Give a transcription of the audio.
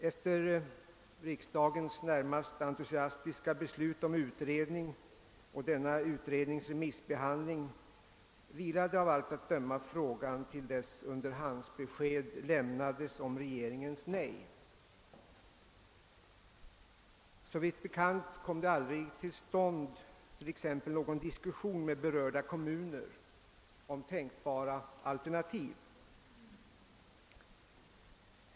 Efter riksdagens närmast entusiastiska behandling och beslut om utredning samt ärendets remissbehandling vilade hela frågan av allt att döma ända till dess underhandsbesked lämnades om regeringens nej. Såvitt bekant kom dett.ex. aldrig till stånd någon diskussion med berörda kommuner om tänkbara alternativ.